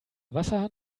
wasserhahn